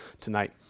tonight